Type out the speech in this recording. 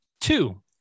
two